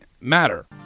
matter